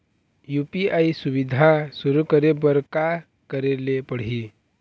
UPI सुविधा शुरू करे बर का करे ले पड़ही?